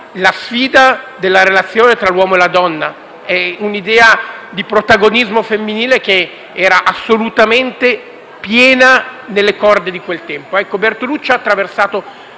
la sfida della relazione tra l'uomo e la donna. È un'idea di protagonismo femminile che era assolutamente presente nelle corde di quel tempo. Ecco, Bertolucci ha attraversato